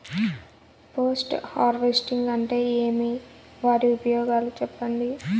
Post harvesting అంటే ఏమి? వాటి ఉపయోగాలు చెప్పండి?